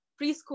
preschool